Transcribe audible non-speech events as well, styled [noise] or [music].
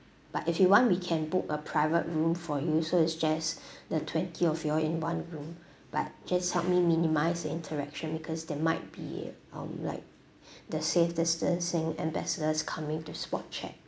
but if you want we can book a private room for you so it's just [breath] the twenty of you all in one room but just help me minimise the interaction because there might be um like [breath] the safe distancing ambassadors coming to spot check